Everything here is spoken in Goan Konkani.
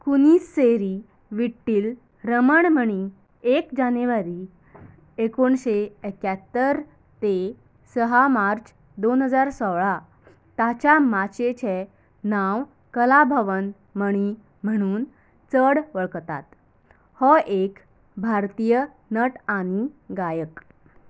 कुनेसेरी विठील रमाणमणी एक जानेवारी एकुणशें एक्यात्तर ते सहा मार्च दोन हजार सोळा ताच्या माचयेचें नांव कला भवन मणी म्हूण चड वळखतात हो एक भारतीय नट आनी गायक